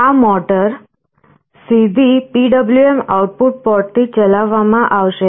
આ મોટર સીધી PWM output પોર્ટથી ચલાવવામાં આવશે